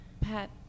Pat